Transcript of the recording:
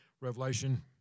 Revelation